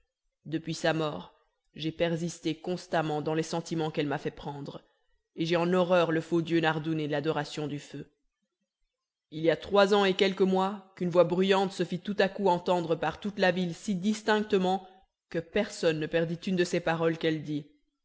depuis sa mort j'ai persisté constamment dans les sentiments qu'elle m'a fait prendre et j'ai en horreur le faux dieu nardoun et l'adoration du feu il y a trois ans et quelques mois qu'une voix bruyante se fit tout à coup entendre par toute la ville si distinctement que personne ne perdit une de ces paroles qu'elle dit